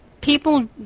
People